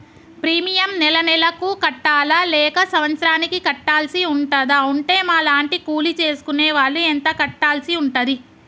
Premium నెల నెలకు కట్టాలా లేక సంవత్సరానికి కట్టాల్సి ఉంటదా? ఉంటే మా లాంటి కూలి చేసుకునే వాళ్లు ఎంత కట్టాల్సి ఉంటది?